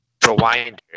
rewinder